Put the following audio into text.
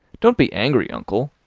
don't be angry, uncle.